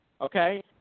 okay